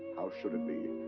how should it be?